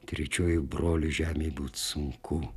trečiuoju broliu žemėj būt sunku